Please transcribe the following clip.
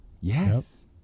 Yes